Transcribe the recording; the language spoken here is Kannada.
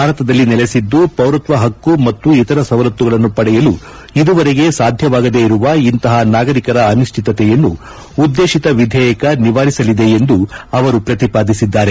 ಭಾರತದಲ್ಲಿ ನೆಲೆಸಿದ್ದೂ ಪೌರತ್ನ ಪಕ್ಷು ಮತ್ತು ಇತರ ಸವಲತ್ತುಗಳನ್ನು ಪಡೆಯಲು ಇದುವರೆಗೆ ಸಾಧ್ಯವಾಗದೇ ಇರುವ ಇಂತಹ ನಾಗರಿಕರ ಅನಿಶ್ಚಿತತೆಯನ್ನು ಉದ್ಗೇತಿತ ವಿಧೇಯಕ ನಿವಾರಿಸಲಿದೆ ಎಂದು ಅವರು ಪ್ರತಿಪಾದಿಸಿದ್ಗಾರೆ